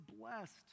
blessed